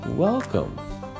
Welcome